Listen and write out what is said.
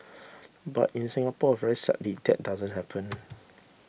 but in Singapore very sadly that doesn't happen